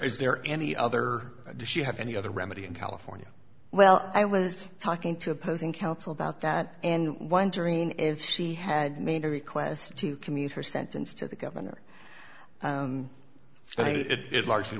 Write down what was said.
is there any other she have any other remedy in california well i was talking to opposing counsel about that and wondering if she had made a request to commute her sentence to the governor it largely